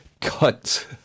cut